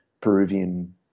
Peruvian